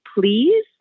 please